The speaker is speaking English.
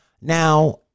Now